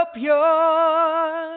pure